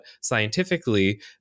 scientifically